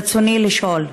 רצוני לשאול: